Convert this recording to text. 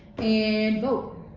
and vote.